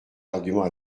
arguments